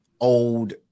old